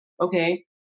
Okay